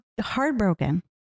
heartbroken